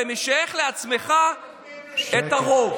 אבל אתה לוקח ומשייך לעצמך את הרוב.